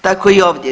Tako i ovdje.